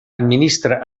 administra